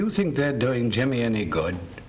you think that doing jimmy any good